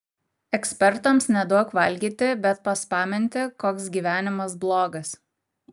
ekspertams neduok valgyti bet paspaminti koks gyvenimas blogas